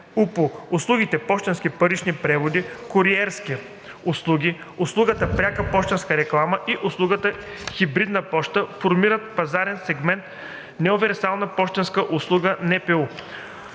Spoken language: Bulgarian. УПУ. Услугите „пощенски парични преводи“, „куриерски услуги“, услугата „пряка пощенска реклама“ и услугата „хибридна поща“ формират пазарния сегмент „Неуниверсални пощенски услуги“.